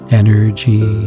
energy